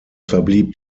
verblieb